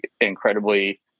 incredibly